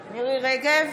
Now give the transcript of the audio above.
רגב,